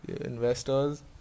investors